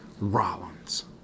Rollins